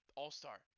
all-star